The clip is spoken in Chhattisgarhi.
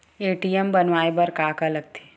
ए.टी.एम बनवाय बर का का लगथे?